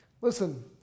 listen